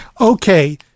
Okay